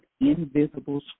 invisible